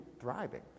thriving